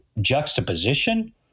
juxtaposition